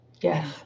yes